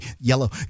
yellow